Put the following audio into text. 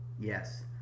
Yes